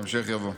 המשך יבוא.